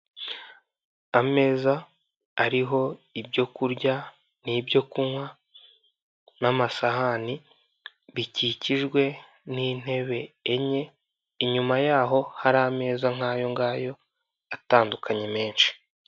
Ameza ariho ibyo kurya n'ibyo kunywa n'amasahani, bikikijwe n'intebe enye, inyuma yaho hari ameza nk'ayo ngayo atandukanye menshi.